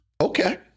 okay